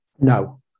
No